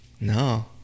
No